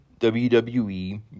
WWE